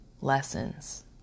lessons